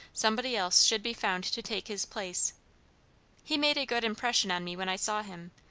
somebody else should be found to take his place he made a good impression on me when i saw him,